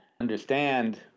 understand